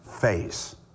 face